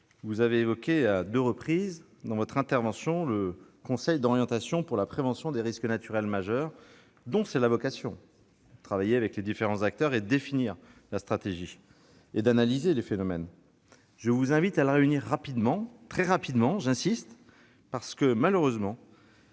vous avez évoqué à deux reprises dans votre intervention le Conseil d'orientation pour la prévention des risques naturels majeurs, dont c'est la vocation de travailler avec les différents acteurs, d'analyser les phénomènes et de définir la stratégie. Je vous invite à le réunir rapidement, très rapidement, j'y insiste, car il ne s'est,